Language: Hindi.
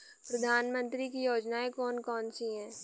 प्रधानमंत्री की योजनाएं कौन कौन सी हैं?